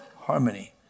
harmony